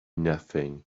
nothing